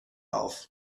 auf